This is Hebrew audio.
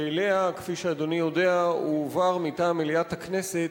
שאליה, כפי שאדוני יודע, הועבר מטעם מליאת הכנסת